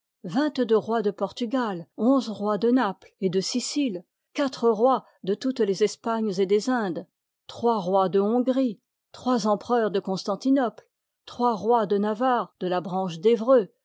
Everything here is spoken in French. vingt-deux rois de portugal onze rois de naples et de sicile quatre rois de toutes les espagnes et des indes trois rois de hongrie trois empereurs de constantinople trois rois de navarre de la branche d'evreux